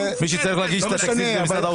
מי שצריך להגיש את התקציב זה משרד האוצר.